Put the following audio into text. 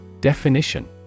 Definition